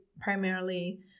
primarily